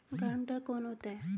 Guarantor कौन होता है?